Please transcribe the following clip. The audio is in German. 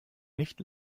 nicht